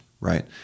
right